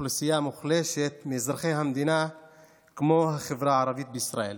ואוכלוסייה מוחלשת מאזרחי המדינה כמו החברה הערבית בישראל?